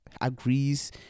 agrees